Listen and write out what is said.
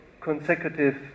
consecutive